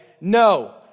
no